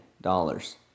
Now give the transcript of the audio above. dollars